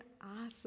Awesome